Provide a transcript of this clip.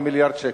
1.8 מיליארד שקל.